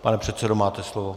Pane předsedo, máte slovo.